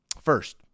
first